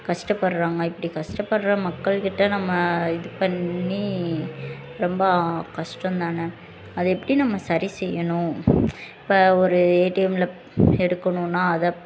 கஷ்டப்பட்றாங்க இப்படி கஷ்டப்பட்ற மக்கள்க்கிட்ட நம்ம இது பண்ணி ரொம்ப கஷ்டந்தானே அதை எப்படி நம்ம சரி செய்யணும் இப்போ ஒரு ஏடிஎம்மில் எடுக்கணுன்னால் அதை